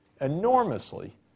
enormously